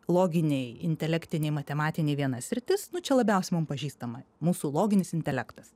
loginiai intelektiniai matematinai viena sritis nu čia labiausiai mum pažįstama mūsų loginis intelektas